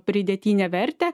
pridėtinę vertę